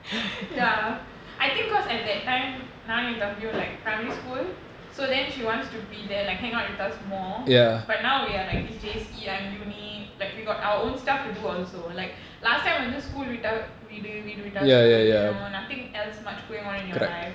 ya I think cause at that time நானும்என்தம்பியும்வந்து:naanum en thambiyum vandhu like primary school so then she wants to be there like hang out with us more but now we are like he's J_C and I'm uni like we got our own stuff to do also like last time when வந்து:vandhu school விட்டாவீடுவீடுவிட்டா:vitta veedu veedu vitta school you know nothing as much going on in your life